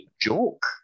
joke